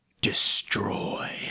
Destroy